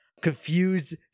confused